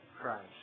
Christ